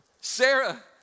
Sarah